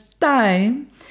time